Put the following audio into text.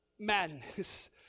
Madness